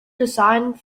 designed